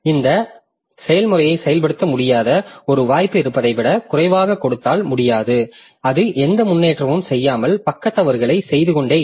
இந்த செயல்முறையை செயல்படுத்த முடியாத ஒரு வாய்ப்பு இருப்பதை விட குறைவாக கொடுத்தால் முடியாது அது எந்த முன்னேற்றமும் செய்யாமல் பக்க தவறுகளைச் செய்து கொண்டே இருக்கும்